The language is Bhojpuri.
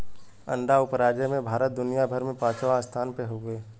अंडा उपराजे में भारत दुनिया भर में पचवां स्थान पर हउवे